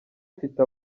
bafite